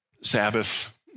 Sabbath